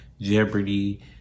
jeopardy